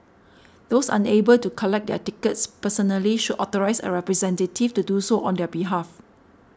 those unable to collect their tickets personally should authorise a representative to do so on their behalf